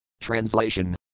Translation